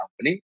company